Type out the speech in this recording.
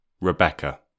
Rebecca